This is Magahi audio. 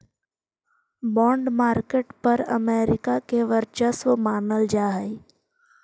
बॉन्ड मार्केट पर अमेरिका के वर्चस्व मानल जा हइ